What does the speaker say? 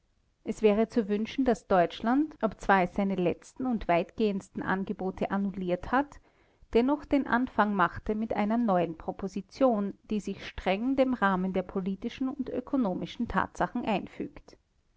es wäre zu wünschen daß deutschland obzwar es seine letzten und weitgehendsten angebote annulliert hat dennoch den anfang machte mit einer neuen proposition die sich streng dem rahmen der politischen und ökonomischen tatsachen einfügt